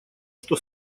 что